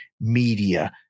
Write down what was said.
media